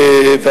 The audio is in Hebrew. שלי,